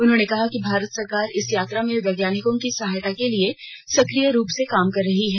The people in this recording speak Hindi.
उन्होंने कहा कि भारत सरकार इस यात्रा में वैज्ञानिकों की सहायता के लिए सक्रिय रूप से काम कर रही है